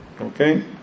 Okay